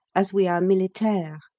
as we are militaires.